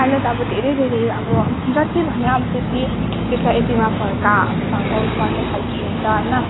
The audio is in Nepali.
अहिले त अब धेरै धेरै अब जति भन्यो अब त्यति त्यसलाई यतिमा फर्का फर्काउनुपर्ने खालको हुन्छ होइन